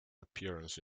appearance